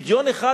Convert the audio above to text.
לגיון אחד,